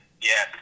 yes